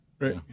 Right